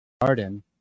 Garden